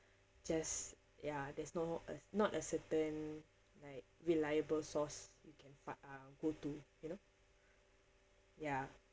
just ya there's no uh not a certain like reliable source you can fa~ uh go to you know ya